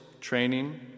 training